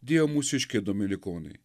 dėjo mūsiškiai dominikonai